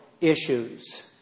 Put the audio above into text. issues